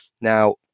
Now